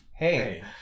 hey